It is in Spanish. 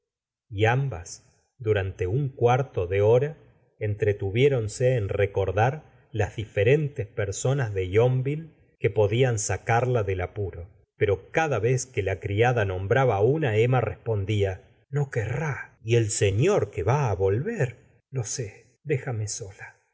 y ambas durante un cuarto de hora entretuvié ronse en recordar las diferentes personas de yon ville que podían sacarla del apuro pero cada vez que la criada nombraba á una e mma respondía no querrá y el señor que va á volver lo sé déjame sola